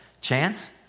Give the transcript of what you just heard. chance